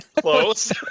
close